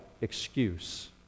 excuse